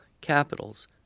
capitals